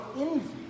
envy